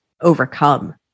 overcome